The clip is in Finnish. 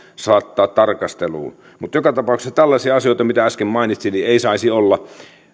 saattaa tarkasteluun joka tapauksessa tällaisia asioita mitä äsken mainitsin ei saisi olla